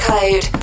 Code